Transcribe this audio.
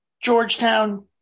Georgetown